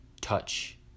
touch